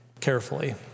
carefully